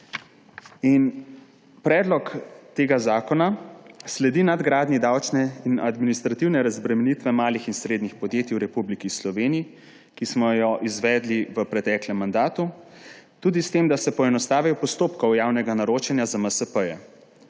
Predlog tega zakona sledi nadgradnji davčne in administrativne razbremenitve malih in srednjih podjetij v Republiki Sloveniji, ki smo jo izvedli v preteklem mandatu, tudi s tem, da se poenostavijo postopki javnega naročanja za MSP,